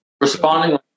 responding